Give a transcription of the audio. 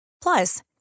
Plus